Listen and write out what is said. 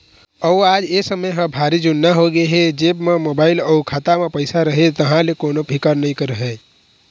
अउ आज ए समे ह भारी जुन्ना होगे हे जेब म मोबाईल अउ खाता म पइसा रहें तहाँ ले कोनो फिकर नइ रहय